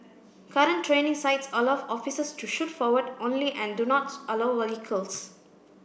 current training sites allow officers to shoot forward only and do not allow vehicles